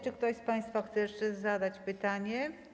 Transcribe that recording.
Czy ktoś z państwa chce jeszcze zadać pytanie?